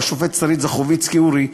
ולשופטת שרית זוכוביצקי-אורי,